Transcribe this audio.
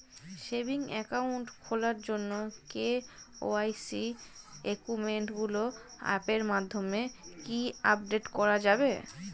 Savings account খোলার জন্য KYC ডকুমেন্টগুলো অ্যাপের মাধ্যমে কি আপডেট করা যাবে?